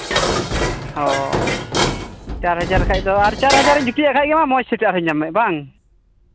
ᱚᱻ ᱪᱟᱨ ᱦᱟᱡᱟᱨ ᱠᱷᱟᱱ ᱫᱚ ᱟᱨ ᱪᱟᱨ ᱦᱟᱡᱟᱨ ᱤᱧ ᱡᱩᱴᱤᱡᱟᱜ ᱠᱷᱟᱱ ᱜᱮ ᱵᱟᱝ ᱢᱚᱡᱽ ᱥᱮᱴ ᱟᱨᱦᱚᱸᱧ ᱧᱟᱢᱮᱫ ᱦᱮᱸᱵᱟᱝ